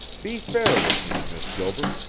be fair with me, miss gilbert.